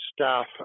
staff